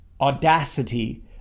audacity